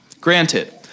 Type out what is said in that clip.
granted